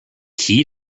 key